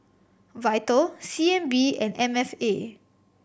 Vital C N B and M F A